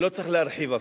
לא צריך להרחיב אפילו.